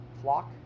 Flock